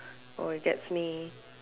or it gets me